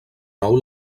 nou